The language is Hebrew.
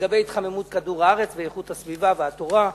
לגבי התחממות כדור-הארץ ואיכות הסביבה והתורה.